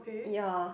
ya